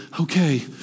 okay